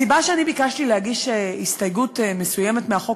הסיבה שאני ביקשתי להגיש הסתייגות מסוימת לחוק,